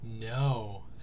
No